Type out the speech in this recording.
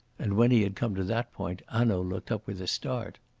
and when he had come to that point hanaud looked up with a start.